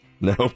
No